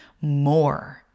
more